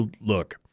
Look